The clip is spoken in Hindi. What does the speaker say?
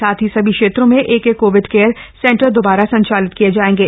साथ ही सभी क्षेत्रों में एक एक कोविड केयर सेन्टर दोबारा संचालित किये जाएंगे